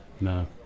no